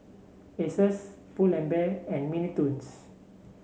Asus Pull and Bear and Mini Toons